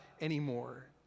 anymore